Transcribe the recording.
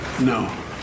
No